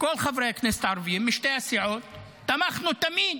כל חברי הכנסת הערבים משתי הסיעות, תמכנו תמיד